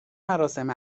مراسم